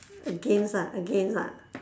against lah against lah